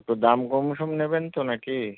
তো দাম কমসম নেবেন তো না কি